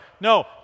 No